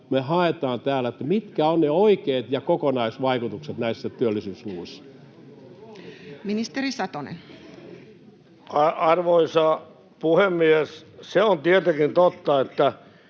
me haetaan täällä: mitkä ovat ne oikeat ja kokonaisvaikutukset näissä työllisyysluvuissa. Ministeri Satonen. Arvoisa puhemies! Se on tietenkin totta, että